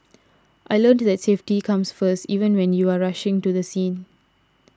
I learnt that safety comes first even when you are rushing to the scene